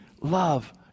love